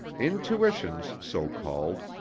intuitions, so called,